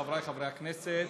חברי חברי הכנסת,